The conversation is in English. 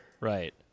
Right